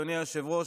אדוני היושב-ראש,